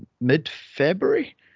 mid-February